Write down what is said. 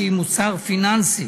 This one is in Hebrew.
שהיא מוצר פיננסי